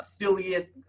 affiliate